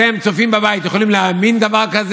אתם, הצופים בבית, יכולים להאמין לדבר כזה?